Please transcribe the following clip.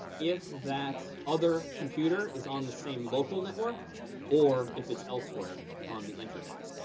if that other computer is on the same local network or if it's elsewhere on the internet.